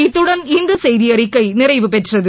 இத்துடன் இந்த செய்தி அறிக்கை நிறைவுப் பெற்றது